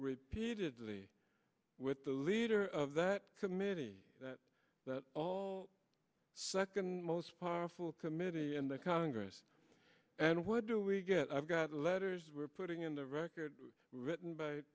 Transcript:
repeatedly with the leader of that committee that that all second most powerful committee in the congress and what do we get i've got the letters we're putting in the record written by